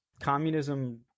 Communism